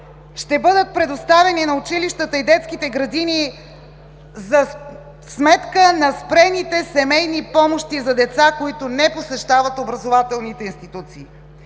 ще бъдат предоставени на училищата и детските градини за сметка на спрените семейни помощи за деца, които не посещават образователните институции.